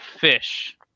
fish